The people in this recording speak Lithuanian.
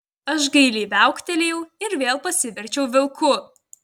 aš gailiai viauktelėjau ir vėl pasiverčiau vilku